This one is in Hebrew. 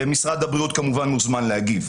משרד הבריאות כמובן מוזמן להגיב.